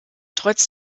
trotz